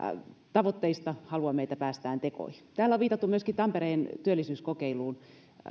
tavoitteista päästään tekoihin täällä on viitattu myöskin tampereen työllisyyskokeiluun